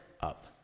up